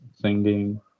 singing